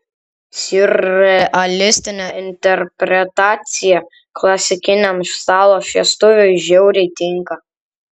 siurrealistinė interpretacija klasikiniam stalo šviestuvui žiauriai tinka